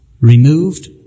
removed